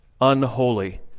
unholy